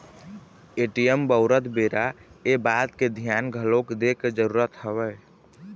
ATM बउरत बेरा ये बात के धियान घलोक दे के जरुरत हवय